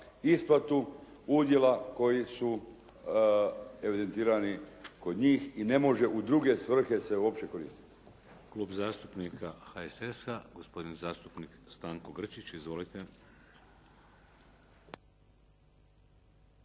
isplatu udjela koji su evidentirani kod njih i ne može u druge svrhe se uopće koristiti.